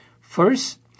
First